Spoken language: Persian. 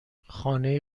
خانه